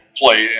play